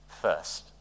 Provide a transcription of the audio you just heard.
first